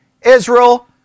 Israel